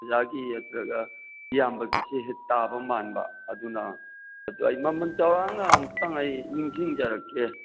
ꯑꯣꯖꯥꯒꯤ ꯑꯗꯨꯗꯒ ꯏꯌꯥꯝꯕꯒꯤꯁꯤ ꯍꯦꯛ ꯇꯥꯕ ꯃꯥꯟꯕ ꯑꯗꯨꯅ ꯑꯗꯨ ꯑꯩ ꯃꯃꯜ ꯆꯥꯎꯔꯥꯛꯅ ꯑꯃꯨꯛꯇꯪ ꯑꯩ ꯅꯤꯡꯁꯤꯡꯖꯔꯛꯀꯦ